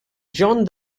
john